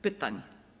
Pytań.